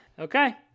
okay